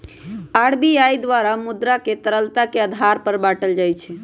RBI द्वारा मुद्रा के तरलता के आधार पर बाटल जाइ छै